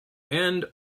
end